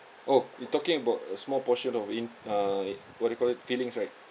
oh you talking about a small portion of in~ err what do you call it filings right